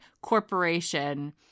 corporation